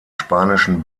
spanischen